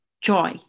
joy